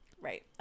Right